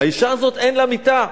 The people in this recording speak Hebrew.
האשה הזאת, אין לה מיטה.